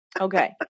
Okay